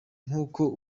nkuko